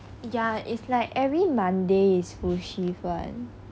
ya it's like every mondays full shift [one]